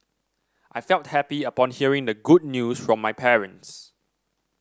I felt happy upon hearing the good news from my parents